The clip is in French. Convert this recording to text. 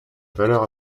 valeur